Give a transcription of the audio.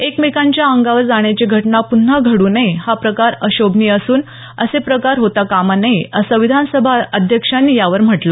एकमेकांच्या अंगावर जाण्याची घटना प्न्हा घड्र नये हा प्रकार अशोभनीय असून असे प्रकार होता कामा नये असं विधानसभा अध्यक्षांनी यावर म्हटलं